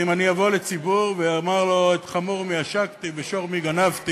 ואם אני אבוא לציבור ואומר לו: את חמור מי עשקתי ושור מי גנבתי,